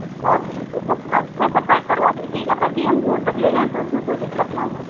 अच्छा और सब अच्छे से पैक करवा दीजिएगा ताकि हम दूर तक ले जाएँ तो उसमें कोई दिक्कत न हो